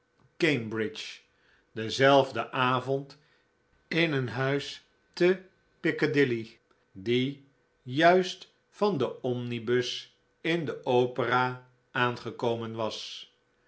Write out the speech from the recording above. dge dienzelfden avond in een huis te piccadilly die juist van de omnibus in de opera aangekomen was